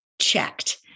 checked